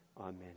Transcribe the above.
Amen